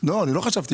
אני לא חשבתי.